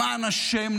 למען השם,